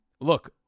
look